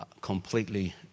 completely